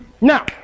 Now